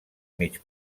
mig